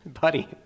buddy